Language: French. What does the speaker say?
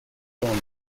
dans